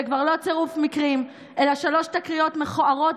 זה כבר לא צירוף מקרים אלא שלוש תקריות מכוערות